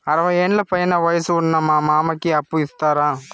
అరవయ్యేండ్ల పైన వయసు ఉన్న మా మామకి అప్పు ఇస్తారా